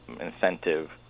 incentive